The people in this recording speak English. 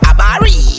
Abari